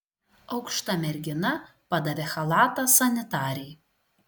aukšta mergina padavė chalatą sanitarei